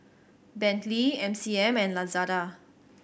Bentley M C M and Lazada